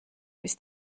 bis